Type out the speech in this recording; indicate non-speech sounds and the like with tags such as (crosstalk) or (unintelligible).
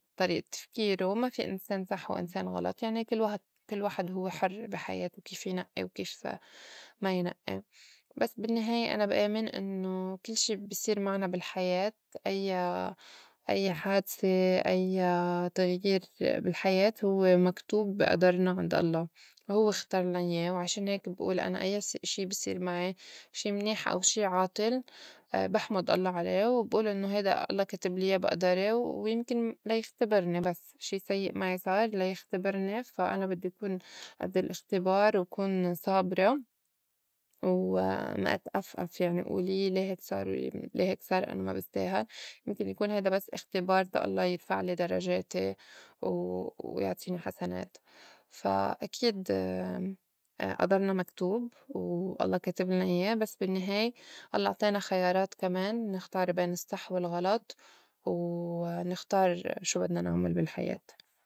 طريئة تفكيرو ما في إنسان صح وإنسان غلط يعني كل- واحد- كل واحد هوّ حُر بي حياتو كيف ينئّي وكيف ما ينئّي بس بالنّهاية أنا بآمن إنّو كل شي بصير معنا بالحياة أيّا- أيّا حادسة أيّا تغير بالحياة هوّ مكتوب بي أدرنا عند الله هوّ اختارلنا يّاه وعشان هيك بئول أنا أيّا س (unintelligible) شي بيصير معي شي منيح أو شي عاطل (hesitation) بحمُد الله عليه وبئول إنّو هيدا الله كاتبلي ياه بأدَري ويمكن لا يختبرني (noise) بس شي سيّء معي صار ليختبرني، فا أنا بدّي كون أد الاختبار وكون صابرة و (hesitation) ما اتأفأف يعني أول ي لي هيك صار وي لي هيك صار أنا ما بستاهل يمكن يكون هيدا بس إختبار تا الله يرفعلي درجاتي و ويعطيني حسنات، فا أكيد (hesitation) أدرنا مكتوب والله كاتبلنا ياه بس بالنّهاي الله أعطانا خيارات كمان منختار بين الصح والغلط و نختار شو بدنا نعمل بالحياة.